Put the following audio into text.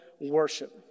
worship